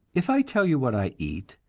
if i tell you what i eat,